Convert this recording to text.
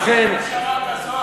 ממשלה כזאת,